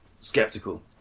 Skeptical